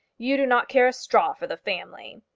you do not care a straw for the family.